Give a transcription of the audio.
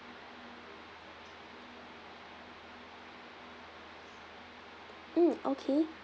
mm okay